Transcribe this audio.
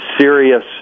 serious